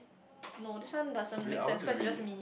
no this one doesn't make sense cause it just me